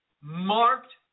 marked